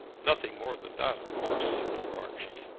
nothing more than that, of course, said poor archie.